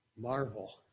marvel